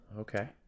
okay